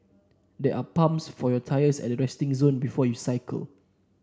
there are pumps for your tyres at the resting zone before you cycle